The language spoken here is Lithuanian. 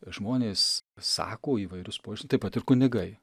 žmonės sako įvairūs požiūr taip pat ir kunigai